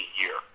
year